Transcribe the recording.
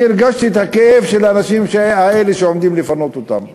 אני הרגשתי את הכאב של האנשים האלה שעומדים לפנות אותם.